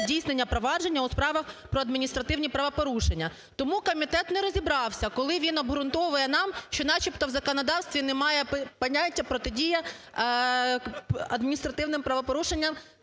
здійснення провадження у справах про адміністративні правопорушення. Тому комітет не розібрався, коли він обґрунтовує нам, що начебто у законодавстві немає поняття протидія адміністративним правопорушенням